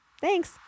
Thanks